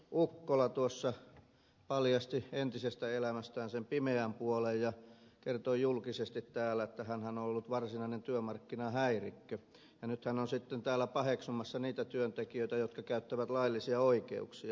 ukkola tuossa paljasti entisestä elämästään sen pimeän puolen ja kertoi julkisesti täällä että hänhän on ollut varsinainen työmarkkinahäirikkö ja nyt hän on sitten täällä paheksumassa niitä työntekijöitä jotka käyttävät laillisia oikeuksia